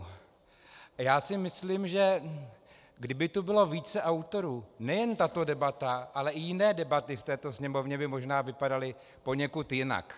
A já si myslím, že kdyby tu bylo více autorů, nejen tato debata, ale i jiné debaty v této Sněmovně by možná vypadaly poněkud jinak.